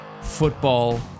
football